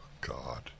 God